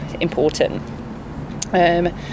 important